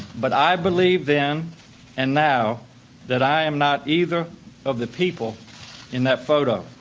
but i believe then and now that i am not either of the people in that photo.